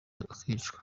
akicwa